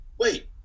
wait